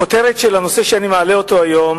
הכותרת של הנושא שאני מעלה היום